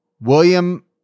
William